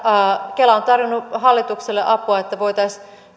kela on tarjonnut hallitukselle apua että voitaisiin